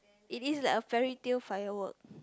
it is like a fairy tale firework